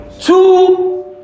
two